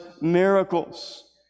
miracles